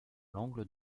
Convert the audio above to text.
l’angle